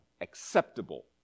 acceptable